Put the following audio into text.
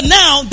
now